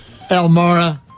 Elmora